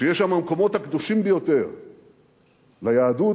שיש שם המקומות הקדושים ביותר ליהדות,